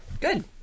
Good